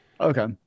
Okay